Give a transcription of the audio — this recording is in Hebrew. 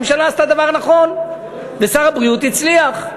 הממשלה עשתה דבר נכון ושר הבריאות הצליח.